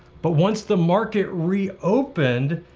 but once the market reopened,